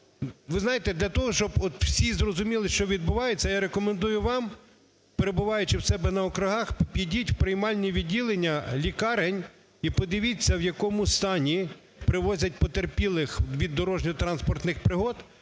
Ви знаєте, для того, щоб всі зрозуміли, що відбувається, я рекомендую вам, перебуваючи у себе на округах, підіть у приймальні відділення лікарень і подивіться, в якому стані привозять потерпілих від дорожньо-транспортних пригод.